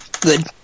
good